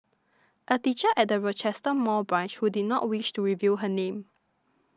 a teacher at the Rochester Mall branch who did not wish to reveal her name